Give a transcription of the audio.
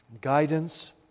guidance